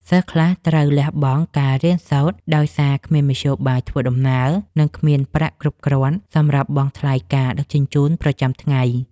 សិស្សខ្លះត្រូវលះបង់ការរៀនសូត្រដោយសារគ្មានមធ្យោបាយធ្វើដំណើរ និង គ្មានប្រាក់គ្រប់គ្រាន់សម្រាប់បង់ថ្លៃការដឹកជញ្ជូនប្រចាំថ្ងៃ។